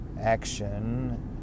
action